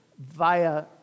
via